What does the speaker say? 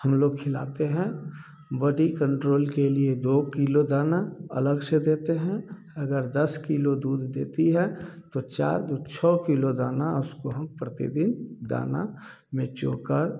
हम लोग खिलाते हैं बॉडी कंट्रोल के लिए दो किलो दाना अलग से देते हैं अगर दस किलो दूध देती है तो चार दो छः किलो दाना उसको हम प्रतिदिन दाना में चोकर